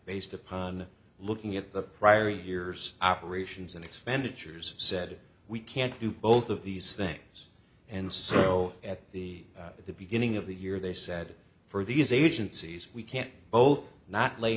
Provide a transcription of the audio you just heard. based upon looking at the prior years operations and expenditures said we can't do both of these things and so at the at the beginning of the year they said for these agencies we can't both not lay